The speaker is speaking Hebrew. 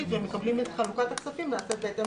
והם מקבלים את חלוקת הכספים בהתאם